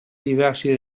diversi